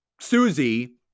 Susie